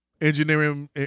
Engineering